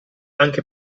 anche